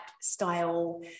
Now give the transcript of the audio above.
style